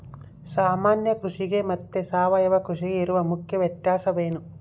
ಸಾಮಾನ್ಯ ಕೃಷಿಗೆ ಮತ್ತೆ ಸಾವಯವ ಕೃಷಿಗೆ ಇರುವ ಮುಖ್ಯ ವ್ಯತ್ಯಾಸ ಏನು?